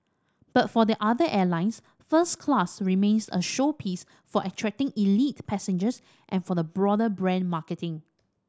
but for the other airlines first class remains a showpiece for attracting elite passengers and for the broader brand marketing